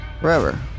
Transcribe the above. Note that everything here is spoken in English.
Forever